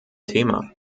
thema